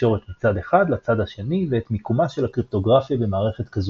תקשורת מצד אחד לצד השני ואת מיקומה של הקריפטוגרפיה במערכת כזו,